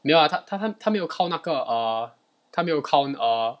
没有啦他他他他没有 count 那个 err 他没有 count err